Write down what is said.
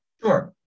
Sure